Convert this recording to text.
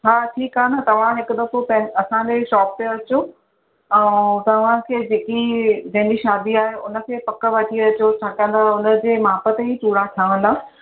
हा ठीकु आहे न तव्हां हिकु दफ़ो पहिरों असांजे शॉप ते अचो तव्हांखे जे की धीअ जी शादी आहे हुनखे पक वठी अचो छाकाणि त हुनजे माप जा ई चुड़ा ठहंदा